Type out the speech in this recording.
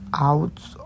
out